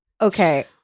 Okay